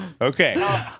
Okay